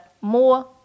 more